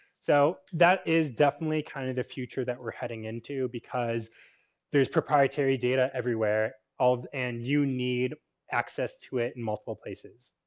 so, that is definitely kind of the future that we're heading into because there's proprietary data everywhere and you need access to it in multiple places.